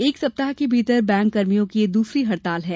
एक सप्ताह के भीतर बैंक कर्मियों की यह दूसरी हड़ताल है